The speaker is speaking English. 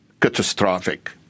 catastrophic